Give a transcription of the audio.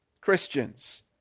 Christians